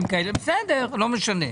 בסדר, לא משנה.